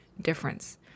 difference